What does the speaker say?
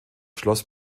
schloss